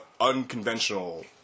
unconventional